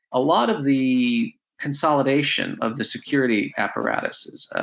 a lot of the consolidation of the security apparatuses,